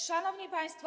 Szanowni Państwo!